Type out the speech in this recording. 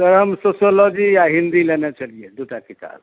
sir हम sociology आओर हिन्दी लेने छलियै दू टा किताब